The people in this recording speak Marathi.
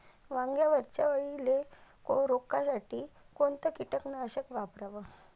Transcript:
वांग्यावरच्या अळीले रोकासाठी कोनतं कीटकनाशक वापराव?